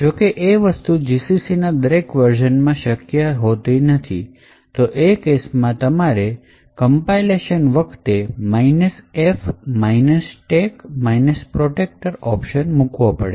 જોકે એ વસ્તુ gcc ના દરેક વર્ઝનમાં શક્ય નથી હોતું તો એ કેસમાં તમારે compilation વખતે f stack protector ઓપ્શન મૂકવો પડે